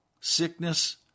sickness